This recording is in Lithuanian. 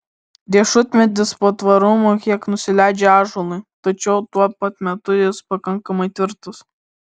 riešutmedis patvarumu kiek nusileidžia ąžuolui tačiau tuo pat metu jis pakankamai tvirtas